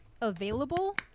available